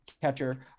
catcher